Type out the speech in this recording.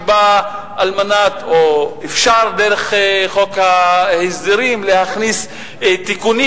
ואפשר דרך חוק ההסדרים להכניס תיקונים